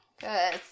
Good